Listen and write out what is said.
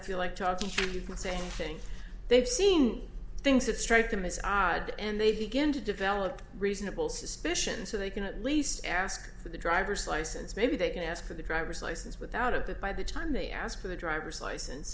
feel like talking to you but say things they've seen things that strike them as odd and they begin to develop reasonable suspicion so they can at least ask for the driver's license maybe they can ask for the driver's license with out of that by the time they ask for the driver's license